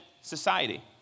society